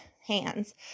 hands